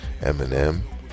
Eminem